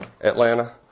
Atlanta